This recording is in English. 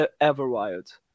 Everwild